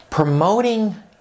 Promoting